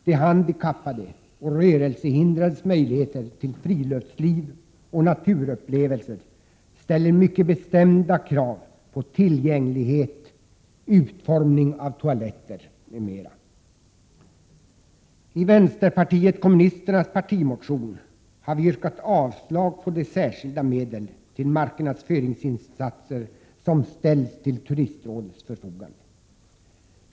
De handikappades och rörelsehindrades möjligheter till friluftsliv och naturupplevelser ställer mycket bestämda krav på tillgänglighet, utformning av toaletter m.m. I vänsterpartiet kommunisternas partimotion har vi yrkat avslag på de särskilda medel till marknadsföringsinsatser som ställs till Turistrådets förfogande.